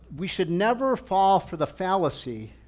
we should never fall for the fallacy.